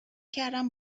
کردم